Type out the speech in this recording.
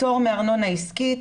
פטור מארנונה עסקית,